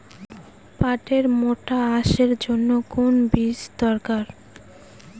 পাটের মোটা আঁশের জন্য কোন বীজ দরকার?